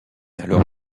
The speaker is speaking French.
alors